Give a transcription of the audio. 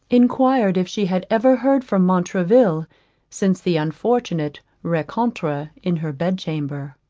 enquired if she had ever heard from montraville since the unfortunate recontre in her bed chamber.